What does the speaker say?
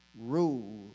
rule